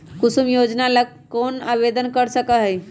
कुसुम योजना ला कौन आवेदन कर सका हई?